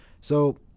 So-